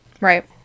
Right